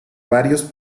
varios